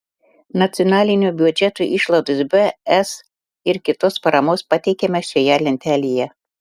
nacionalinio biudžeto išlaidos be es ir kitos paramos pateikiamos šioje lentelėje